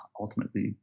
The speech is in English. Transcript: ultimately